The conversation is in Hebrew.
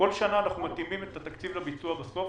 כל שנה אנחנו מתאימים את התקציב לביצוע בסוף,